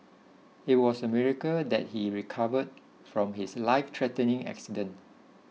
it was a miracle that he recovered from his life threatening accident